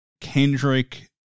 Kendrick